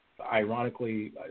ironically